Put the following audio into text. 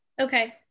Okay